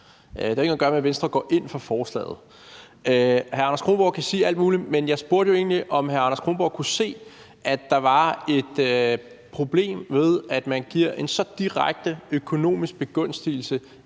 Det har jo ikke noget at gøre med, at Venstre går ind for forslaget. Hr. Anders Kronborg kan sige alt muligt, men jeg spurgte jo egentlig, om hr. Anders Kronborg kunne se, at der er et problem ved, at man giver en så direkte økonomisk begunstigelse